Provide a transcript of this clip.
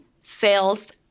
sales